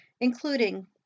including